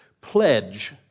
pledge